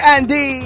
Andy